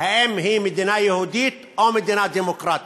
אם היא מדינה יהודית או מדינה דמוקרטית.